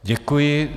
Děkuji.